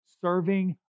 Serving